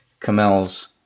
Camel's